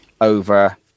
over